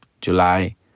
July